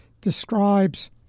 describes